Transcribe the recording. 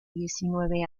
diecinueve